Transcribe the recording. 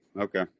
Okay